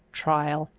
trial,